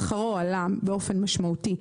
שכרו עלה באופן משמעותי,